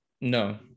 No